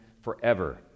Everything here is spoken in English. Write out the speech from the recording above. forever